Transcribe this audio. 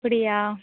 அப்படியா